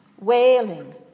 wailing